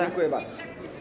Dziękuję bardzo.